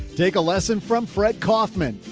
take a lesson from fred kaufman,